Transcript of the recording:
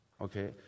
okay